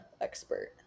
expert